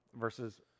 versus